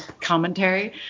commentary